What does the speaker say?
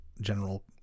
General